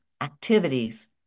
activities